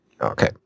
Okay